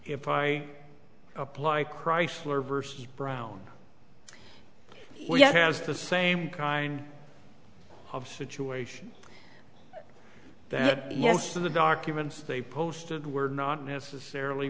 if i apply chrysler versus brown yet has the same kind of situation that in the documents they posted were not necessarily